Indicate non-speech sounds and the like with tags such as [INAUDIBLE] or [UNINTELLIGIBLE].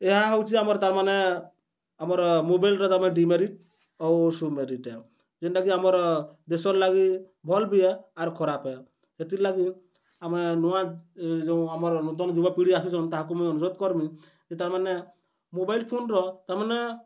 ଏହା ହେଉଛି ଆମର ତା'ର ମାନେ ଆମର ମୋବାଇଲରେ ତୁମେ ଡିମେରିଟ୍ ଆଉ [UNINTELLIGIBLE] ଯେନ୍ଟାକି ଆମର ଦେଶର ଲାଗି ଭଲ୍ ବି ଆର୍ ଖରାପ ହେଥିର୍ ଲାଗି ଆମେ ନୂଆ ଯେଉଁ ଆମର ନୂତନ ଯୁବପିଢ଼ି ଆସୁଛନ୍ ତାହାକୁ ମୁଇଁ ଅନୁରୋଧ କରମି ଯେ ତା'ର ମାନେ ମୋବାଇଲ ଫୋନର ତା'ର ମାନେ